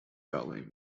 ballet